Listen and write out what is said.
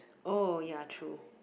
oh ya true